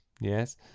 Yes